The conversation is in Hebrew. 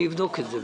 אני אבדוק את זה.